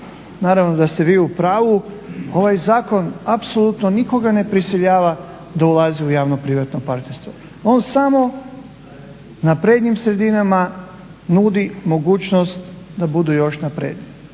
naravno da ste vi u pravu. Ovaj zakon apsolutno nikoga ne prisiljava da ulazi u javno-privatno partnerstvo, on samo na prednjim sredinama nudi mogućnost da budu još napredniji.